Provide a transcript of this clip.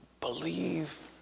believe